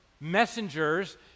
messengers